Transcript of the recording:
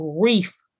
grief